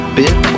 bit